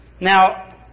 Now